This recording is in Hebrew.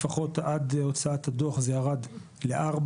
לפחות עד הוצאת הדוח זה ירד לארבעה.